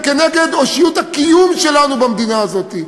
כנגד אושיות הקיום שלנו במדינה הזאת.